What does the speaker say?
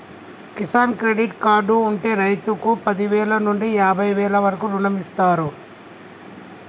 Kisan credit card ఉంటె రైతుకు పదివేల నుండి యాభై వేల వరకు రుణమిస్తారు